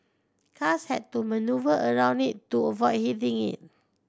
cars had to manoeuvre around it to avoid hitting it